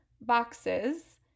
boxes